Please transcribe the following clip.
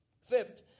Fifth